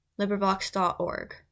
LibriVox.org